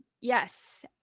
Yes